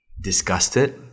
disgusted